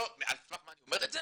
על סמך מה אתה אומר את זה?